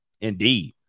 Indeed